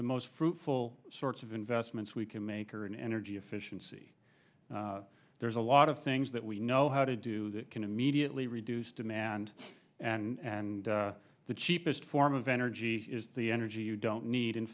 most fruitful sorts of investments we can make are in energy efficiency there's a lot of things that we know how to do that can immediately reduce demand and the cheapest form of energy is the energy you don't need in